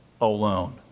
alone